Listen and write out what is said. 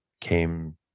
came